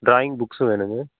drawing புக்ஸும் வேணுங்க